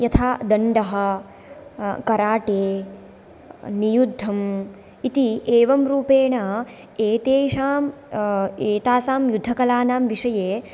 यथा दण्डः कराटे नियुद्धम् इति एवं रूपेण एतेषां एतासां युद्धकलानां विषये